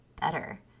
better